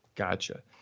Gotcha